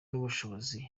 n’ubushobozi